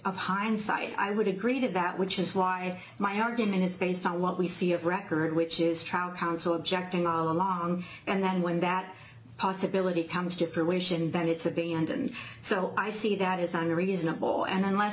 of hindsight i would agree to that which is why my argument is based on what we see of record which is trial counsel objecting all along and then when that possibility comes to fruition bennett's abandon so i see that isn't a reasonable and unless